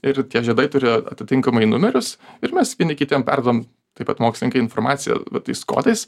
ir tie žiedai turi atitinkamai numerius ir mes vieni kitiem perduodam taip pat mokslininkai informaciją tais kodais